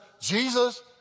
Jesus